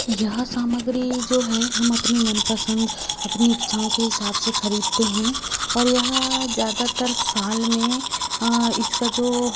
यह सामग्री जो है हम अपनी मनपसंद अपनी इच्छाओं के हिसाब से खरीदते हैं और यह ज़्यादातर साल में इसका जो